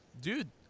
dude